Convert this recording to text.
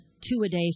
two-a-day